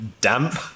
damp